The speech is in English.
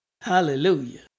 Hallelujah